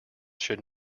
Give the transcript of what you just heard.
should